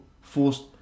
forced